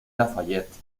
lafayette